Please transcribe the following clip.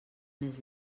més